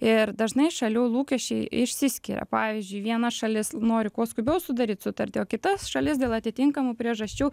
ir dažnai šalių lūkesčiai išsiskiria pavyzdžiui viena šalis nori kuo skubiau sudaryt sutartį o kita šalis dėl atitinkamų priežasčių